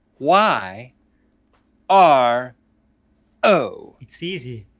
y r o. it's easy.